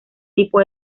tipo